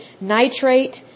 nitrate